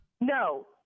No